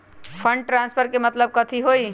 Fund transfer के मतलब कथी होई?